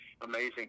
amazing